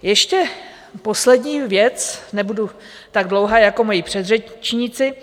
Ještě poslední věc, nebudu tak dlouhá jako moji předřečníci.